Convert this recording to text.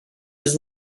his